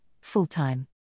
full-time